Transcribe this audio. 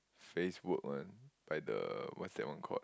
Facebook one like the WhatsApp one called